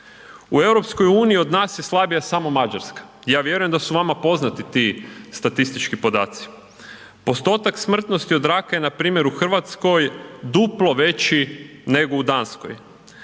U EU od nas je slabija samo Mađarska, ja vjerujem da su vama poznati ti statistički podaci. Postotak smrtnosti od raka je npr. u RH duplo veći nego u Danskoj,